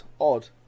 Odd